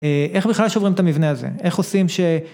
איך בכלל שוברים את המבנה הזה? איך עושים ש...